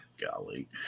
Golly